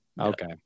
Okay